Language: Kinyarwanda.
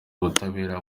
ubutabera